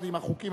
28 בעד, שלושה